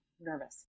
nervous